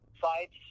fights